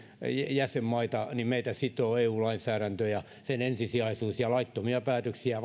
jäsenmaita meitä sitoo eu lainsäädäntö ja sen ensisijaisuus ja laittomia päätöksiä